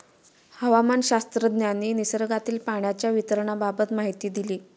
हवामानशास्त्रज्ञांनी निसर्गातील पाण्याच्या वितरणाबाबत माहिती दिली